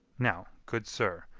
now, good sir,